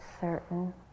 certain